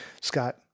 Scott